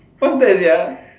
what's that sia